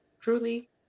truly